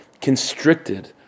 constricted